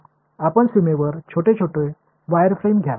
आपण सीमेवर छोटे छोटे वायरफ्रेम घ्या